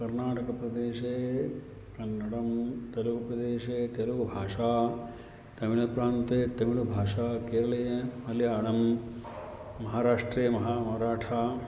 कर्नाटकप्रदेशे कन्नडं तेलुगुप्रदेशे तेलुगुभाषा तमिळ प्रान्ते तमिळु भाषा केरले मलयाळं महाराष्ट्रे महा मराठा